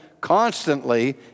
constantly